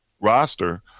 roster